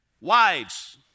Wives